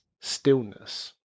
stillness